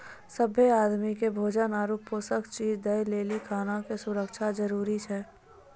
सभ्भे आदमी के भोजन आरु पोषक चीज दय लेली खाना के सुरक्षा जरूरी छै